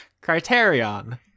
Criterion